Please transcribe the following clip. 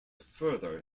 further